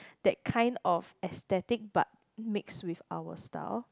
that kind of aesthetic but mix with our style